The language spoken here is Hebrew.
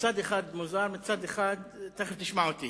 מצד אחד מוזר, מצד שני תיכף תשמע אותי.